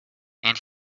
and